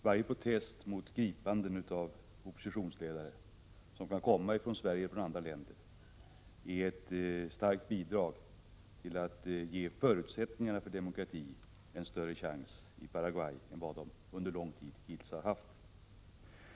Varje protest från Sverige och andra länder mot gripanden av oppositionsledare är ett starkt bidrag när det gäller att ge förutsättningarna för demokratin i Paraguay en större chans än vad de under lång tid hittills har haft.